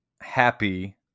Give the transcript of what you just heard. happy